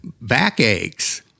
backaches